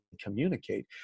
communicate